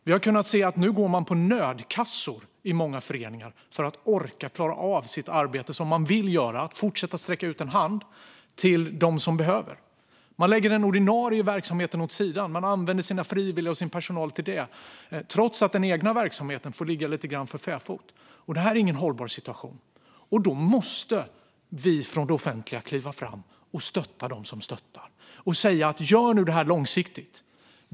Vi har kunnat se att man nu i många föreningar går på nödkassor för att orka klara av det arbete som man vill göra: fortsätta att sträcka ut en hand till dem som behöver. Man lägger den ordinarie verksamheten åt sidan och använder sina frivilliga och sin personal till detta, trots att den egna verksamheten får ligga lite grann för fäfot. Detta är ingen hållbar situation. Då måste vi från det offentliga kliva fram och stötta dem som stöttar och säga: Gör nu detta långsiktigt!